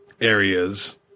areas